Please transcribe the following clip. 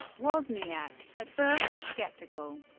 wozniak, at first skeptical,